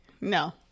No